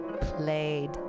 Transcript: played